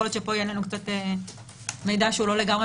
יכול להיות שפה יהיה לנו מידע שאינו לגמרי